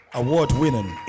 award-winning